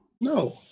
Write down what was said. no